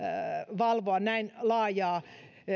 valvoa näin laajaa